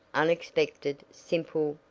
unexpected, simple,